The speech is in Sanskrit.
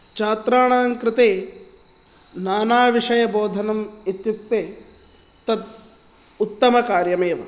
छात्राणां कृते नानाविषयबोधनं इत्युक्ते तत् उत्तमकार्यमेव